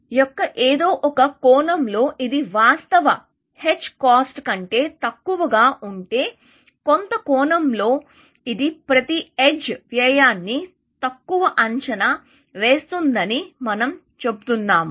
యొక్క ఏదో ఒక కోణంలోఇది వాస్తవ h కాస్ట్ కంటే తక్కువగా ఉంటే కొంత కోణంలో ఇది ప్రతి ఎడ్జ్ వ్యయాన్ని తక్కువ అంచనా వేస్తుందని మనం చెబుతున్నాము